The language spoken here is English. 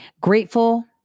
grateful